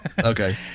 Okay